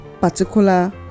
particular